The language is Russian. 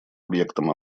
объектом